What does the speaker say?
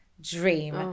dream